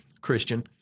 Christian